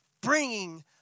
bringing